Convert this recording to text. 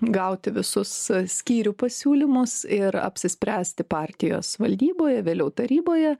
gauti visus skyrių pasiūlymus ir apsispręsti partijos valdyboje vėliau taryboje